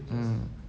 mm